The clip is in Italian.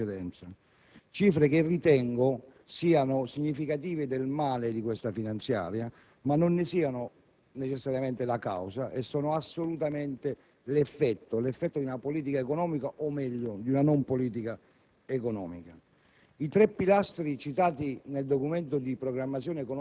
ho sentito invece in maniera molto puntuale fatta dai miei colleghi in precedenza; cifre che ritengo siano significative del male di questa finanziaria, ma non ne siano necessariamente la causa, e sono assolutamente l'effetto di una politica economica, o meglio di una non politica economica!